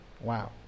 Wow